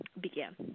Began